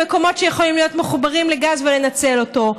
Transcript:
במקומות שיכולים להיות מחוברים לגז ולנצל אותו,